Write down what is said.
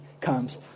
comes